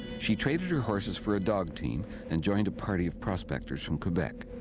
she traded her horses for a dog team and joined a party of prospectors from quebec.